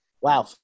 Wow